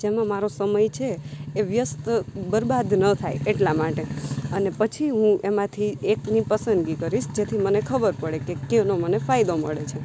જેમાં મારો સમય છે એ વ્યસ્ત બરબાદ ન થાય એટલા માટે અને પછી હું એમાંથી એકની પસંદગી કરીશ જેથી મને ખબર પડે કે કેનો મને ફાયદો મળે છે